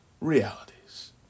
realities